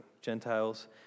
Gentiles